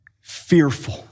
fearful